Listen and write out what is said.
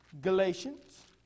Galatians